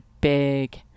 big